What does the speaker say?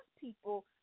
people